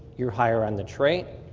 you're higher on the trait,